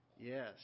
Yes